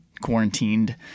quarantined